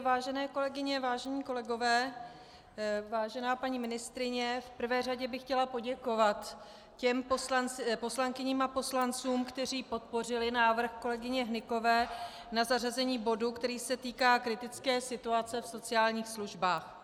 Vážené kolegyně, vážení kolegové, vážená paní ministryně, v prvé řadě bych chtěla poděkovat těm poslankyním a poslancům, kteří podpořili návrh kolegyně Hnykové na zařazení bodu, který se týká kritické situace v sociálních službách.